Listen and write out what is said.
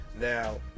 Now